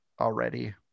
already